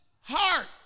heart